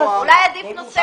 אולי עדיף נושא משרה.